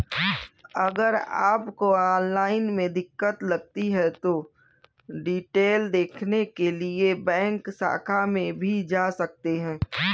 अगर आपको ऑनलाइन में दिक्कत लगती है तो डिटेल देखने के लिए बैंक शाखा में भी जा सकते हैं